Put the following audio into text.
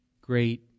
great